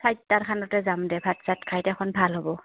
চাৰিটাৰখনতে যাম দে ভাত চাত খাই এখন ভাল হ'ব